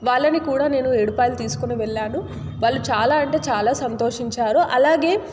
వాళ్ళని కూడా నేను ఏడుపాయలు తీసుకుని వెళ్లాను వాళ్ళు చాలా అంటే చాలా సంతోషించారు అలాగే